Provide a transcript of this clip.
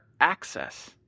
access